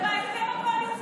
זה בהסכם הקואליציוני שלכם.